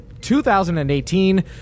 2018